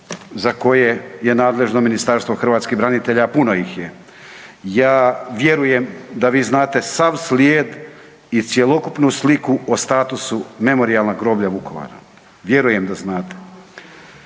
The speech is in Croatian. za koje je nadležno Ministarstvo hrvatskih branitelja, a puno ih je. Ja vjerujem da vi znate sav slijed i cjelokupnu sliku o statusu memorijalnog groblja Vukovar, vjerujem da znate.